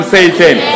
Satan